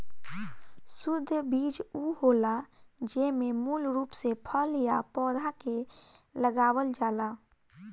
शुद्ध बीज उ होला जेमे मूल रूप से फल या पौधा के लगावल जाला